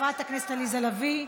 חברת הכנסת עליזה לביא,